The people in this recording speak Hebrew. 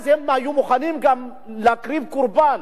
אז הם היו גם מוכנים להקריב קורבן,